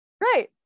right